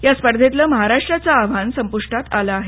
या स्पर्धेतलं महाराष्ट्राचं आव्हान संप्टात आलं आहे